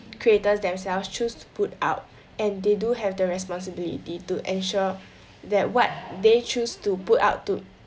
creators themselves choose to put out and they do have the responsibility to ensure that what they choose to put out to